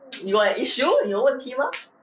you got an issue 有问题吗